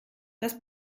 das